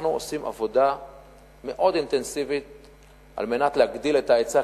אנחנו עושים עבודה מאוד אינטנסיבית על מנת להגדיל את ההיצע,